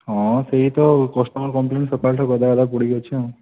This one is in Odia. ହଁ ସେଇ ତ କଷ୍ଟମର କମ୍ପ୍ଲେନ୍ ସକାଳଠୁ ଗଦା ଗଦା ପଡ଼ିକି ଅଛି ଆଉ